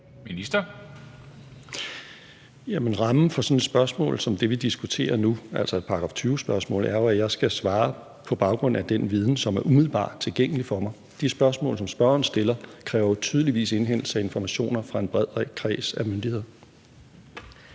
Hækkerup): Jamen rammen for sådan et spørgsmål som det, vi diskuterer nu, altså et § 20-spørgsmål, er jo, at jeg skal svare på baggrund af den viden, som er umiddelbart tilgængelig for mig. De spørgsmål, som spørgeren stiller, kræver tydeligvis indhentelse af informationer fra en bred kreds af myndigheder.